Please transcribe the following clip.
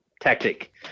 tactic